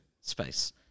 space